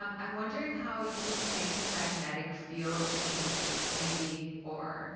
um i'm wondering how you think the magnetic field changed, maybe, or